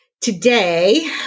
Today